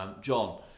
John